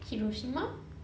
hiroshima